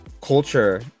culture